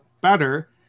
better